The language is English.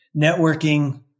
networking